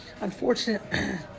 unfortunate